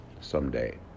someday